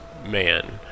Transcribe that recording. man